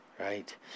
right